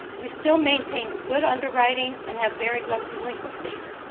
we still maintain good underwriting and have very low delinquencies.